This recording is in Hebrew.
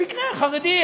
במקרה חרדי,